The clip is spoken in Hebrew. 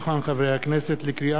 לקריאה שנייה ולקריאה שלישית: